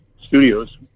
studios